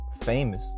famous